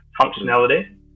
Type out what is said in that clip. functionality